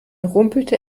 rumpelte